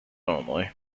only